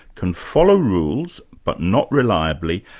can follow rules, but not reliably,